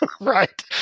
Right